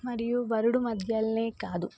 మరియు వరుడు మధ్యనే కాదు